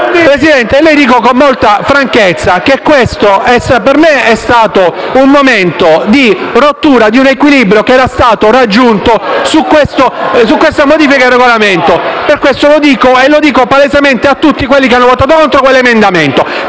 Presidente, le dico con molta franchezza che questo per me è stato il momento di rottura di un equilibrio che era stato raggiunto sulla proposta di modifica al Regolamento al nostro esame. Per questo dico - e lo dico palesemente a tutti quelli che hanno votato contro l'emendamento